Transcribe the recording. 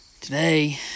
Today